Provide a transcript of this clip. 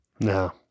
No